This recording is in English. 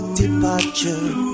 departure